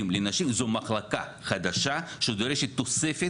לנשים זו מחלקה חדשה שדורשת תוספת.